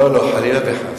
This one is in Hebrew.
לא, לא, חלילה וחס.